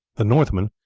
the northman,